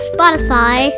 Spotify